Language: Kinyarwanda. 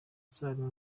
azaba